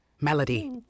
Melody